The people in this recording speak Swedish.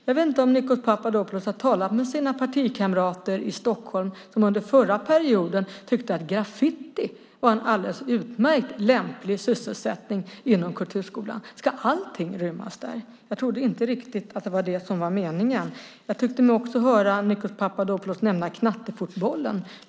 Jag vet inte om Nikos Papadopoulos har talat med sina partikamrater i Stockholm som under förra perioden tyckte att graffiti var en alldeles utmärkt lämplig sysselsättning inom kulturskolan. Ska allting rymmas där? Jag trodde inte riktigt att det var det som var meningen. Jag tyckte mig också höra Nikos Papadopoulos nämna knattefotbollen.